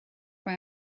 mae